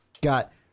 got